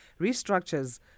restructures